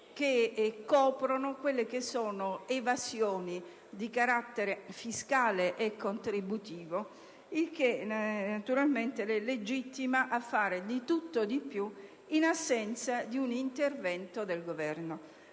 che coprono quelle che sono evasioni di carattere fiscale e contributivo, il che naturalmente le legittima a fare di tutto di più in assenza di un intervento del Governo.